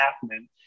happening